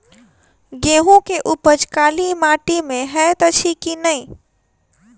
गेंहूँ केँ उपज काली माटि मे हएत अछि की नै?